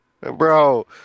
bro